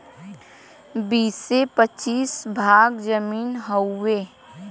बीसे पचीस भाग जमीन हउवे